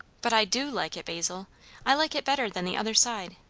but i do like it, basil i like it better than the other side,